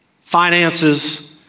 finances